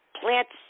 Plants